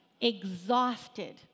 exhausted